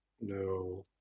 no